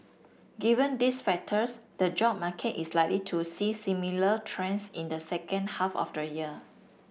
given these factors the job market is likely to see similar trends in the second half of the year